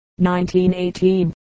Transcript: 1918